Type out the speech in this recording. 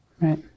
right